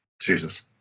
Jesus